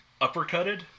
uppercutted